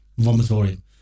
vomitorium